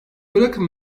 bırakın